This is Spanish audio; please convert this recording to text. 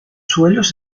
suelos